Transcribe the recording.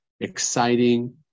exciting